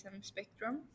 spectrum